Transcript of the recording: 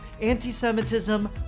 Anti-Semitism